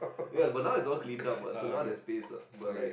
ya but now is all cleaned up but its no that space lah but like